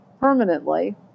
permanently